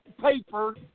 paper